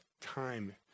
time